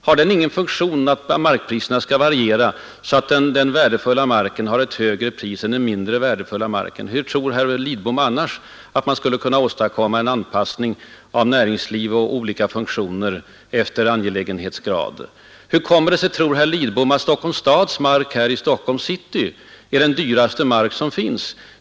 Har det ingen funktion att fylla att markpriserna varierar så att den mer eftersökta och värdefulla marken har ett högre pris än den mindre värdefulla? Hur tror herr Lidbom annars att man skulle kunna åstadkomma en gradering av markanvändningen efter angelägenhetsgrad inom näringslivet och för olika funktioner? Hur kommer det sig, tror herr Lidbom, att Stockholms stads mark i Stockholms city är den dyraste som finns?